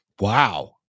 Wow